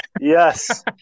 Yes